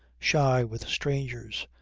shy with strangers,